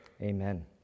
Amen